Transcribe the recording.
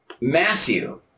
Matthew